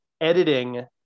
editing